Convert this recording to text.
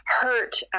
hurt